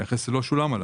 המכס לא שולם.